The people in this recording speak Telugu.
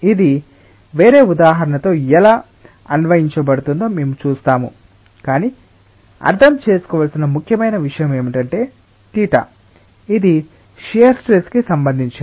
ఇది వేరే ఉదాహరణతో ఎలా అన్వయించబడుతుందో మేము చూస్తాము కాని అర్థం చేసుకోవలసిన ముఖ్యమైన విషయం ఏమిటంటే θ ఇది షియర్ స్ట్రెస్ కి సంబంధించినది